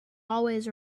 always